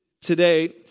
today